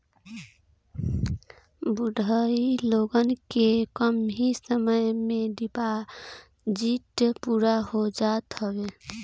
बुढ़ऊ लोगन के कम समय में ही फिक्स डिपाजिट पूरा हो जात हवे